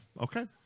Okay